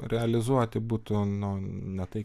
realizuoti būtų nu ne tai